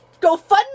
GoFundMe